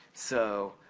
so,